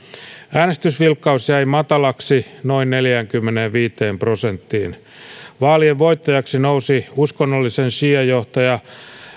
äänestysvilkkaus jäi matalaksi noin neljäänkymmeneenviiteen prosenttiin vaalien voittajaksi nousi uskonnollisen siiajohtaja